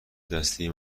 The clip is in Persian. دستی